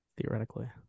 theoretically